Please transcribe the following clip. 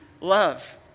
love